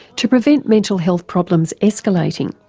to prevent mental health problems escalating.